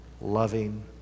loving